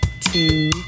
two